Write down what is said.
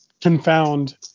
confound